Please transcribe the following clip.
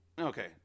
Okay